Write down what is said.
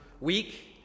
week